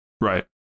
Right